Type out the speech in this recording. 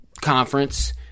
conference